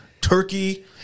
Turkey